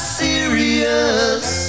serious